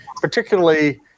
particularly